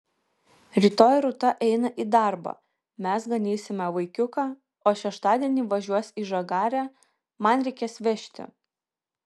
rytoj rūta eina į darbą mes ganysime vaikiuką o šeštadienį važiuos į žagarę man reikės vežti